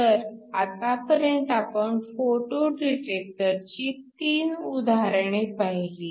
तर आतापर्यंत आपण फोटो डिटेक्टरची 3 उदाहरणे पाहिली